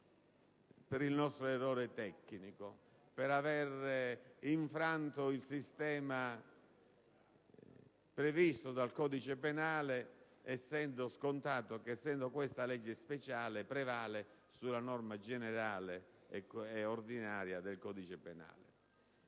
per il nostro errore tecnico, per avere infranto il sistema previsto dal codice penale essendo scontato che questa legge, essendo speciale, prevale sulla norma generale e ordinaria del codice penale.